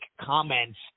comments